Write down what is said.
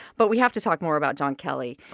but we have to talk more about john kelly.